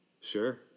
sure